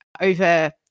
over